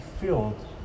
filled